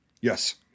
Yes